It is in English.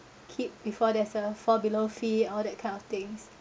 keep before there's a fall below fee all that kind of things